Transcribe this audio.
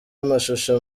amashusho